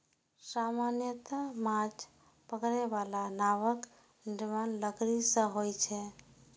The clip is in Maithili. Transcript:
सामान्यतः माछ पकड़ै बला नावक निर्माण लकड़ी सं होइ छै